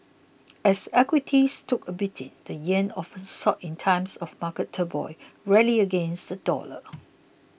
as equities took a beating the yen often sought in times of market turmoil rallied against the dollar